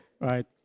Right